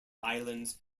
islands